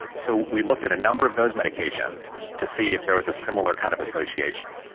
so we looked at a number of those medications to see if there was a similar kind of association,